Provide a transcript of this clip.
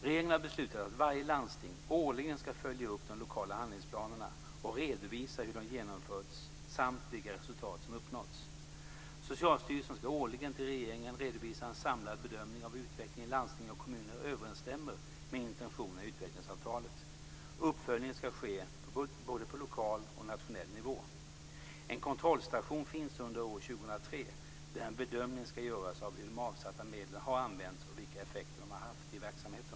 Regeringen har beslutat att varje landsting årligen ska följa upp de lokala handlingsplanerna och redovisa hur de genomförts samt vilka resultat som uppnåtts. Socialstyrelsen ska årligen till regeringen redovisa en samlad bedömning av hur utvecklingen i landsting och kommuner överensstämmer med intentionerna i utvecklingsavtalet. Uppföljningen ska ske både på lokal och nationell nivå. En kontrollstation finns under år 2003 där en bedömning ska göras av hur de avsatta medlen har använts och av vilken effekt de har haft i verksamheten.